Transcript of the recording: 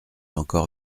encore